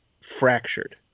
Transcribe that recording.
fractured